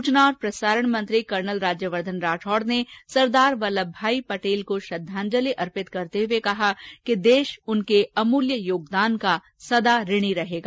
सूचना और प्रसारण मंत्री राज्यवर्धन राठौड़ ने सरदार वल्लभ भाई पटेल को श्रंद्वांजलि अर्पित करते हुए कहा कि देश उनके अमूल्य योगदान का सदा ऋणी रहेगा